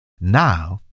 Now